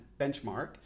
benchmark